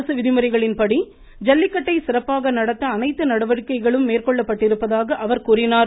அரசு விதிமுறைகளின்படி ஜல்லிக்கட்டை சிறப்பாக நடத்த அனைத்து நடவடிக்கைகளும் மேற்கொள்ளப்பட்டிருப்பதாக அவர் கூறினார்